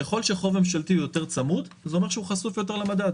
ככל שהחוב הממשלתי הוא יותר צמוד זה אומר שהוא חשוף יותר למדד.